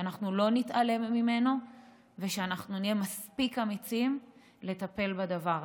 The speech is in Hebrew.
שאנחנו לא נתעלם ממנו ושאנחנו נהיה מספיק אמיצים לטפל בדבר הזה.